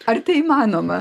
ar tai įmanoma